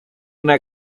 una